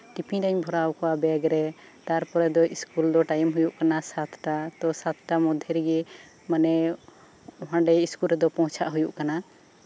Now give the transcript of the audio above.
tiffin ᱨᱤᱧ ᱵᱷᱚᱨᱟᱣ ᱠᱚᱣᱟ ᱵᱮᱜᱨᱮ ᱛᱟᱨᱯᱚᱨᱮ ᱫᱚ ᱤᱥᱠᱩᱞ ᱫᱚ ᱴᱟᱭᱤᱢ ᱦᱩᱭᱩᱜ ᱠᱟᱱᱟ ᱥᱟᱛᱴᱟ ᱥᱟᱛᱴᱟ ᱢᱚᱫᱽᱫᱷᱮ ᱨᱮᱜᱮ ᱢᱟᱱᱮ ᱤᱥᱠᱩᱞ ᱨᱮᱫᱚ ᱯᱳᱣᱪᱷᱟᱜ ᱦᱩᱭᱩᱜ ᱠᱟᱱᱟ